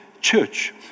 church